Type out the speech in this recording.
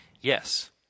Yes